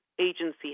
agency